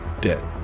dead